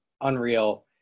unreal